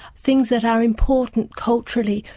things that are important culturally,